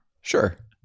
Sure